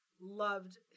loved